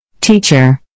Teacher